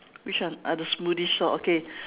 which one ah the smoothie shop okay